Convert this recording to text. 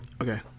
Okay